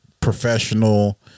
professional